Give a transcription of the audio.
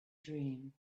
dream